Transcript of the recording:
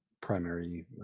primary